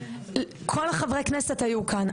כל חברי הכנסת היו כאן,